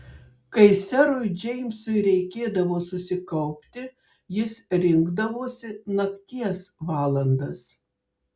kai serui džeimsui reikėdavo susikaupti jis rinkdavosi nakties valandas